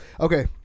Okay